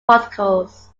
particles